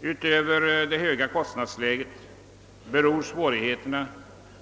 Utöver det höga kostnadsläget beror svårigheterna